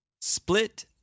Split